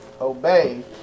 obey